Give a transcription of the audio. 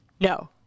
No